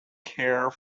care